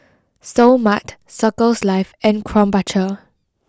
Seoul Mart Circles Life and Krombacher